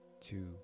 two